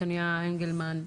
מתניה אנגלמן,